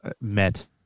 met